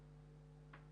השתמשו במנגנון של